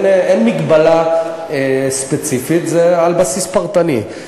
אין מגבלה ספציפית, זה על בסיס פרטני.